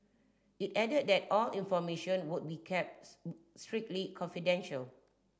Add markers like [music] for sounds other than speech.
it added that all information would be [unintelligible] strictly confidential